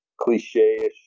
cliche-ish